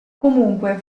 comunque